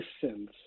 sins